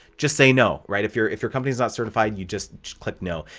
just say no, right? if your if your company's not certified, you just click no.